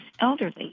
elderly